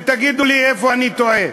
ותגידו לי איפה אני טועה.